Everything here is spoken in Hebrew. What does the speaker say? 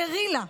גרילה,